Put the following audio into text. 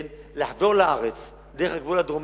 לחדור לארץ דרך הגבול הדרומי,